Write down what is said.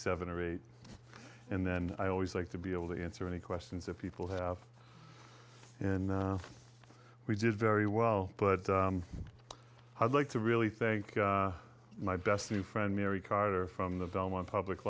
seven or eight and then i always like to be able to answer any questions that people have and we did very well but i'd like to really think my best new friend mary carter from the belmont public